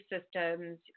systems